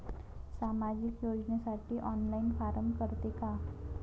सामाजिक योजनेसाठी online form रायते का?